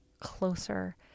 closer